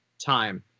time